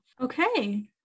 Okay